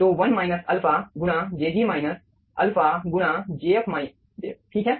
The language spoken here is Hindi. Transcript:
तो 1 अल्फ़ा गुणा jg माइनस अल्फा गुणा jf ठीक है